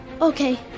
Okay